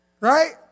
Right